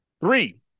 three